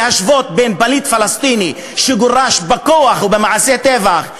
להשוות בין פליט פלסטיני, שגורש בכוח ובמעשי טבח,